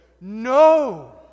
no